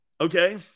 Okay